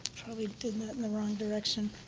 probably did that in the wrong direction.